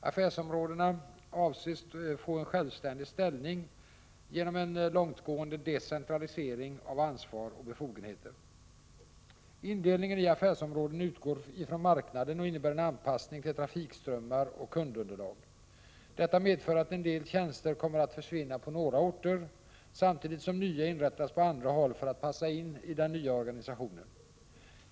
Affärsområdena avses få en självständig ställning genom en långtgående decentralisering av ansvar och befogenheter. Indelningen i affärsområden utgår ifrån marknaden och innebär en anpassning till trafikströmmar och kundunderlag. Detta medför att en del | tjänster kommer att försvinna på några orter, samtidigt som nya inrättas på andra håll för att passa in i den nya organisationen.